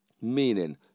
meaning